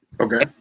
Okay